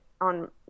on